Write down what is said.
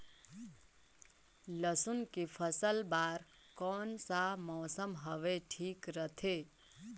लसुन के फसल बार कोन सा मौसम हवे ठीक रथे?